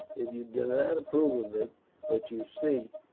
if you do not approve of it but you see,